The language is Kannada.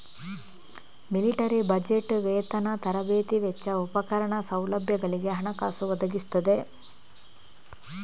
ಮಿಲಿಟರಿ ಬಜೆಟ್ ವೇತನ, ತರಬೇತಿ ವೆಚ್ಚ, ಉಪಕರಣ, ಸೌಲಭ್ಯಗಳಿಗೆ ಹಣಕಾಸು ಒದಗಿಸ್ತದೆ